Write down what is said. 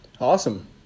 Awesome